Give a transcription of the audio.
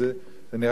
זה נראה לי מאוד מוזר.